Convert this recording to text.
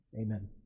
Amen